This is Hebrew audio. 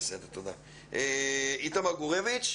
איתמר גורביץ'?